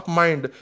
mind